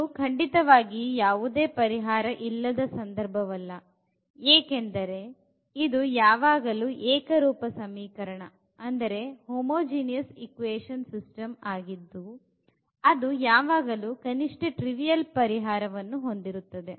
ಇದು ಖಂಡಿತವಾಗಿಯೂ ಯಾವುದೇ ಪರಿಹಾರ ಇಲ್ಲದ ಸಂದರ್ಭವಲ್ಲ ಏಕೆಂದರೆ ಇದು ಯಾವಾಗಲೂ ಈ ಏಕರೂಪದ ಸಮೀಕರಣದ ವ್ಯವಸ್ಥೆಯಾಗಿದ್ದು ಅದು ಯಾವಾಗಲೂ ಕನಿಷ್ಠ ಟ್ರಿವಿಯಲ್ ಪರಿಹಾರವನ್ನು ಹೊಂದಿರುತ್ತದೆ